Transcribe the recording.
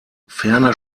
ferner